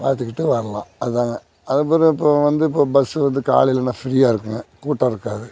பார்த்துக்கிட்டு வரலாம் அதுதாங்க அதன் பிறகு இப்போ வந்து இப்போ பஸ்ஸு வந்து காலையிலனா ஃப்ரீயாக இருக்குங்க கூட்டம் இருக்காது